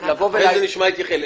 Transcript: שם.